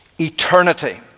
eternity